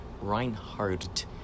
Reinhardt